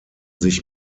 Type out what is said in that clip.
sich